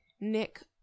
Nick